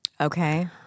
Okay